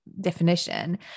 definition